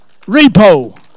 Repo